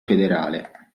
federale